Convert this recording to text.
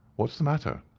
what's the matter?